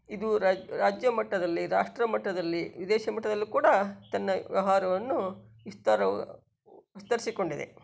ಇದು ರ ರಾಜ್ಯ ಮಟ್ಟದಲ್ಲಿ ರಾಷ್ಟ್ರ ಮಟ್ಟದಲ್ಲಿ ವಿದೇಶ ಮಟ್ಟದಲ್ಲೂ ಕೂಡ ತನ್ನ ವ್ಯವಹಾರವನ್ನು ವಿಸ್ತಾರ ವಿಸ್ತರಿಸಿಕೊಂಡಿದೆ